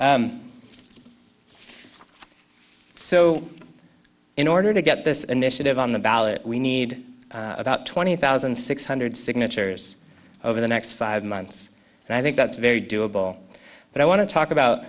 so in order to get this initiative on the ballot we need about twenty thousand six hundred signatures over the next five months and i think that's very doable but i want to talk about